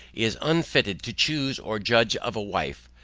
is unfitted to choose or judge of a wife,